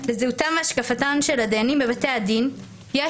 לזהותם ולהשקפתם של הדיינים בבתי הדין יש